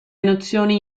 nozioni